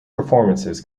performances